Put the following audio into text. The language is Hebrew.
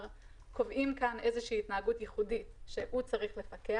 קובעים כאן איזו שהיא התנהגות ייחודית על ידי זה שהוא צריך לפקח.